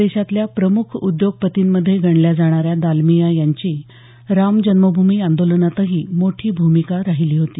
देशातल्या प्रमुख उद्योगपतींमध्ये गणल्या जाणाऱ्या दालमिया यांची राम जन्मभूमी आंदोलनातही मोठी भूमिका राहिली होती